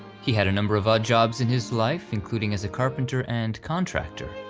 he had a number of odd jobs in his life, including as a carpenter and contractor,